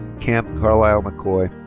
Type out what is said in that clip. camp carlisle mccoy.